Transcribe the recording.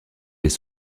des